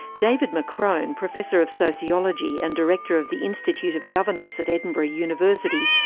david mccrone, professor of sociology and director of the institute of governance at edinburgh university,